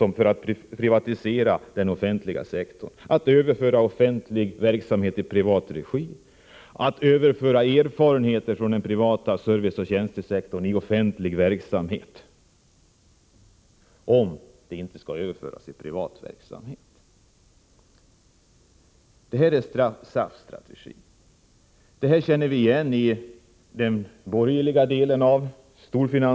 Man vill utöva offentlig verksamhet i privat regi eller också vill man använda erfarenheter från den privata frågorm.m. tjänstesektorn i offentlig verksamhet — om den inte skall utövas i privat regi. Detta är SAF:s strategi, och vi känner igen den hos moderaterna.